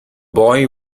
boy